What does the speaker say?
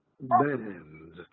band